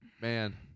Man